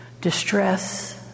distress